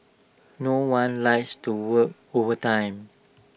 no one likes to work overtime